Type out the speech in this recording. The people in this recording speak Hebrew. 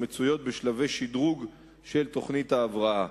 שהן בשלבי שדרוג של תוכנית ההבראה.